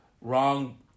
wrong